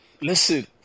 Listen